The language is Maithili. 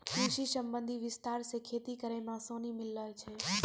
कृषि संबंधी विस्तार से खेती करै मे आसानी मिल्लै छै